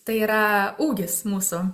tai yra ūgis mūsų